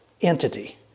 entity